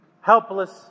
Helpless